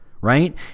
right